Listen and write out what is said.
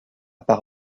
part